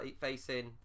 facing